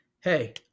hey